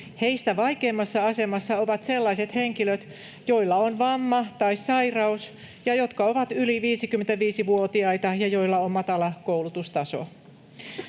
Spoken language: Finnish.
Heistä vaikeimmassa asemassa ovat sellaiset henkilöt, joilla on vamma tai sairaus ja jotka ovat yli 55-vuotiaita ja joilla on matala koulutustaso.